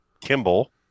Kimball